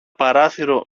παράθυρο